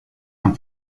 han